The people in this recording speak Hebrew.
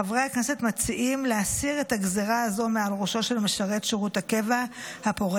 חברי הכנסת מציעים להסיר את הגזרה מעל ראשו של משרת שירות הקבע הפורש,